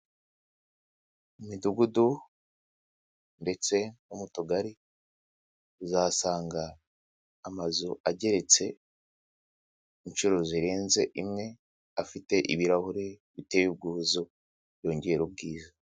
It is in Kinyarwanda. Mu midugudu ndetse no mu tugari, uzasanga amazu ageretse inshuro zirenze imwe, afite ibirahuri biteye ubwuzu, byongera ubwiza.